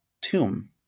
tomb